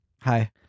Hi